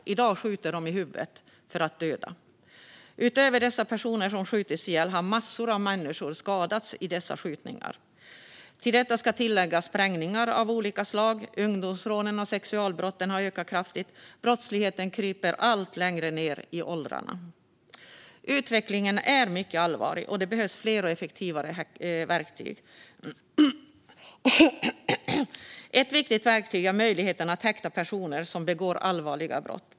I dag skjuter de i huvudet för att döda. Utöver dessa personer som har skjutits ihjäl har massor av människor skadats i dessa skjutningar. Till detta ska läggas sprängningar av olika slag, att ungdomsrånen och sexualbrotten har ökat kraftigt och att brottsligheten kryper allt längre ned i åldrarna. Utvecklingen är mycket allvarlig, och det behövs fler och effektivare verktyg. Ett viktigt verktyg är möjligheten att häkta personer som begår allvarliga brott.